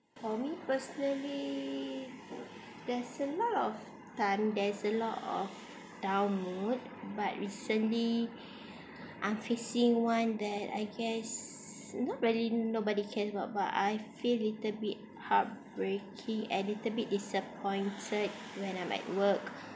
for me personally there's a lot of time there's a lot of down mood but recently I'm facing one that I guess not really nobody cares about but I feel little bit heartbreaking and little bit disappointed when I'm at work